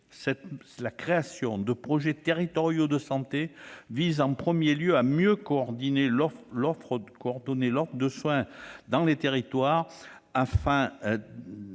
La création de projets territoriaux de santé vise avant tout à mieux coordonner l'offre de soins dans les territoires afin